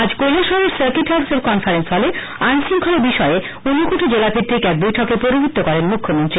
আজ কৈলাসহরের সার্কিট হাউজের কনফারেন্স হলে আইন শৃঙ্খলা বিষয়ে ঊনকোটি জেলাভিত্তিক এক বৈঠকে আজ পৌরহিত করেন মুখ্যমন্ত্রী